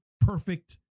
perfect